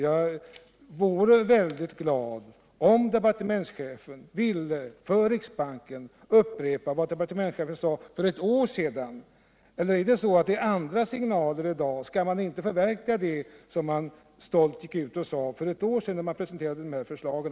Jag vore väldigt glad, om departementschefen ville för riksbanken upprepa vad hon sade för ett år sedan. Eller är det andra signaler i dag? Skall man inte förverkliga de förslag som man så stolt gick ut med för ett år sedan?